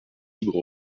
libre